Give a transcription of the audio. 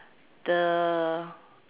the